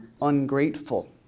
ungrateful